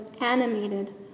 animated